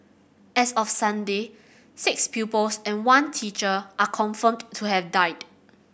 as of Sunday six pupils and one teacher are confirmed to have died